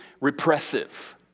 repressive